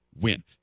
win